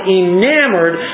enamored